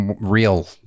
real